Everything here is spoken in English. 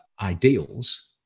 ideals